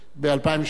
ב-2003,